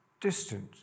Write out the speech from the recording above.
distant